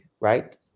right